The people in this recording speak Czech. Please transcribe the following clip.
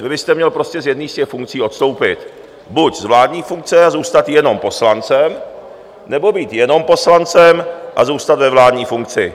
Vy byste měl prostě z jedné z těch funkcí odstoupit, buď z vládní funkce a zůstat jenom poslancem, nebo být jenom poslancem a zůstat ve vládní funkci.